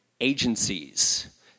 agencies